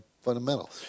fundamental